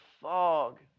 fog